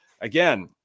again